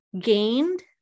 gained